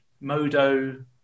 Modo